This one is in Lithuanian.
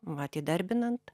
vat įdarbinant